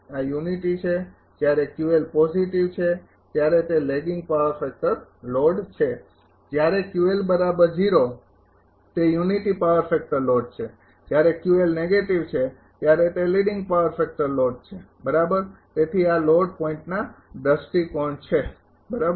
આ યુનિટી છે જ્યારે પોજિટિવ છે ત્યારે તે લેગિંગ પાવર ફેક્ટર લોડ છે જ્યારે તે યુનિટી પાવર ફેક્ટર લોડ છે અને જ્યારે નેગેટિવ છે ત્યારે તે લીડિંગ પાવર ફેક્ટર લોડ છે બરાબર તેથી આ લોડ પોઇન્ટના દૃષ્ટિકોણ છે બરાબર